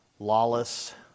lawless